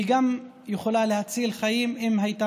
היא גם הייתה יכולה להציל חיים אם הייתה